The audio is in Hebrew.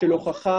של הוכחה,